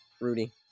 Rudy